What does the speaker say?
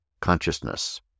consciousness